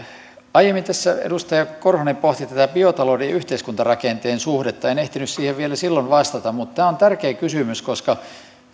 aiemmin tässä edustaja korhonen pohti tätä biotalouden ja yhteiskuntarakenteen suhdetta ja en ehtinyt siihen vielä silloin vastata mutta tämä on tärkeä kysymys